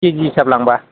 केजि हिसाब लांब्ला